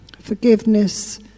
forgiveness